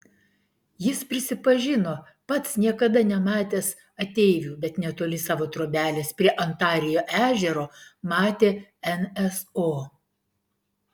jis prisipažino pats niekada nematęs ateivių bet netoli savo trobelės prie ontarijo ežero matė nso